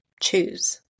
Choose